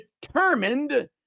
determined